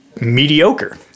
mediocre